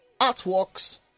artworks